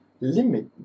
limit